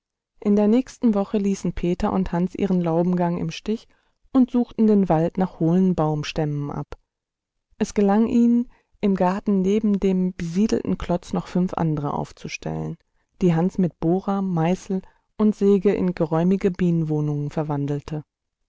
in der nächsten woche ließen peter und hans ihren laubengang im stich und suchten den wald nach hohlen baumstämmen ab es gelang ihnen im garten neben dem besiedelten klotz noch fünf andere aufzustellen die hans mit bohrer meißel und säge in geräumige bienenwohnungen verwandelte